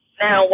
now